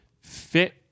fit